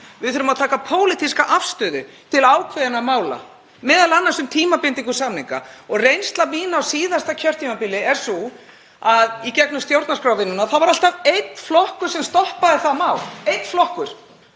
Við þurfum að taka pólitíska afstöðu til ákveðinna mála, m.a. um tímabindingu samninga. Reynsla mín á síðasta kjörtímabili er sú í gegnum stjórnarskrárvinnuna að það var alltaf einn flokkur sem stoppaði það mál, einn flokkur.